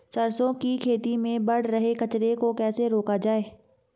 सरसों की खेती में बढ़ रहे कचरे को कैसे रोका जाए?